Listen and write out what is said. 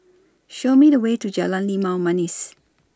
Show Me The Way to Jalan Limau Manis